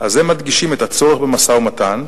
אז הם מדגישים את הצורך במשא-ומתן,